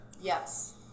yes